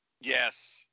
yes